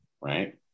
right